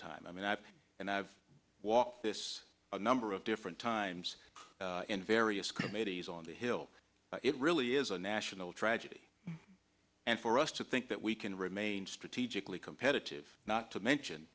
time and i and i've walked this a number of different times in various committees on the hill it really is a national tragedy and for us to think that we can remain strategically competitive not to mention